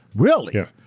really? yeah.